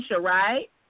right